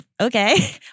Okay